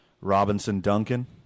Robinson-Duncan